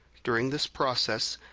during this process,